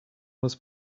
was